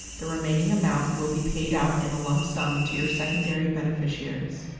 the remaining amount will be paid out in a lump sum to your secondary beneficiaries.